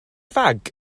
fag